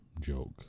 joke